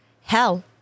Hell